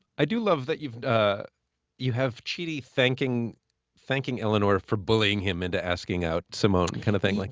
i do love that you ah you have chidi thanking thanking eleanor for bullying him into asking out simone kind of thing. like